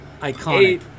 Iconic